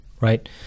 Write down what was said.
right